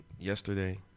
yesterday